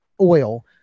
oil